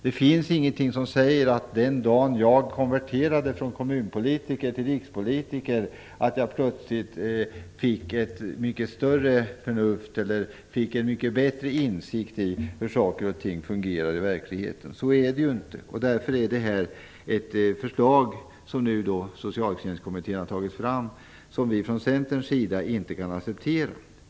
Det finns ingenting som säger att jag den dagen jag konverterade från kommunpolitiker till rikspolitiker plötsligt fick mycket bättre förnuft eller en mycket bättre insikt om hur saker och ting fungerar i verkligheten. Så är det inte. Därför kan vi i Centern inte acceptera det förslag som Socialtjänstkommittén har tagit fram.